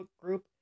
group